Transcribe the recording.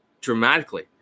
dramatically